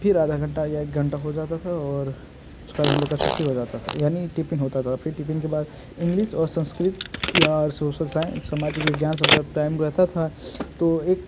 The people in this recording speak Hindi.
फिर आधा घंटा या एक घंटा हो जाता था और उसका बाद हम लोग का छुट्टी हो जाता था यानी टिफिन होता था फिर टिफिन के बाद इंग्लिश और संस्कृत या सोशल साइंस समाज विज्ञान सबका टायम रहता था तो एक